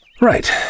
Right